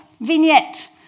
vignette